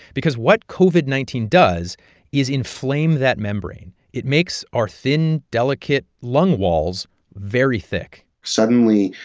because what covid nineteen does is inflame that membrane. it makes our thin, delicate lung walls very thick suddenly,